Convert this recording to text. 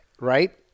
Right